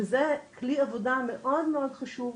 זה כלי עבודה מאוד חשוב,